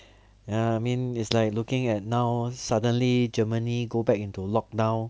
ya I mean is like looking at now suddenly germany go back into lockdown